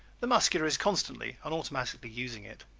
the muscular is constantly and automatically using it.